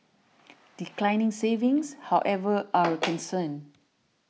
declining savings however are a concern